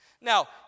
Now